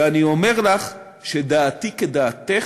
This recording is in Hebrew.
ואני אומר לך שדעתי כדעתך,